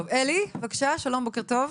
טוב, עלי, בבקשה, שלום, בוקר טוב.